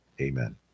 Amen